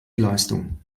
leistung